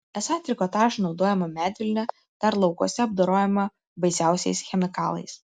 esą trikotažui naudojama medvilnė dar laukuose apdorojama baisiausiais chemikalais